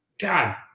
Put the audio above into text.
God